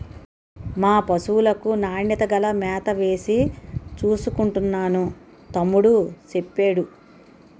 మా పశువులకు నాణ్యత గల మేతవేసి చూసుకుంటున్నాను తమ్ముడూ సెప్పేడు